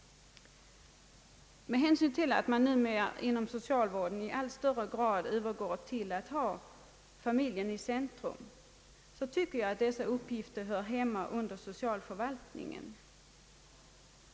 Med hänsyn till att man numera inom socialvården i allt högre grad övergår till att ha barnet i centrum anser jag att dessa uppgifter hör hemma under socialförvaltningen.